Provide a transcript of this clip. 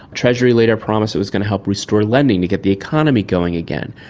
treasury later promised it was going to help restore lending to get the economy going again.